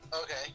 Okay